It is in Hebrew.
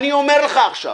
אני אומר לך עכשיו